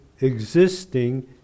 existing